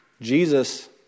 Jesus